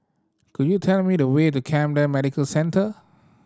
could you tell me the way to Camden Medical Centre